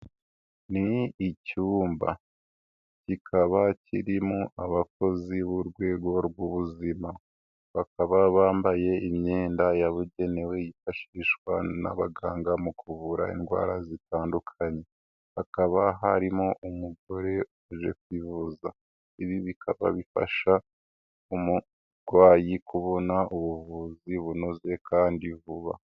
Ni icyumba kikaba kirimo abakozi b'urwego rw'ubuzima. Bakaba bambaye imyenda yabugenewe yifashishwa n'abaganga mu kuvura indwara zitandukanye. Hakaba harimo umugore uje kwivuza. Ibi bikaba bifasha umurwayi kubona ubuvuzi bunoze kandi vuba.